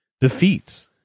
defeats